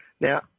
Now